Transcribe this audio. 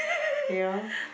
you know